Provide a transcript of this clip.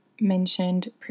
mentioned